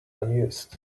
amused